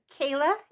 Kayla